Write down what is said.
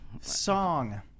Song